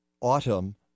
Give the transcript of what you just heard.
autumn